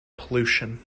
pollution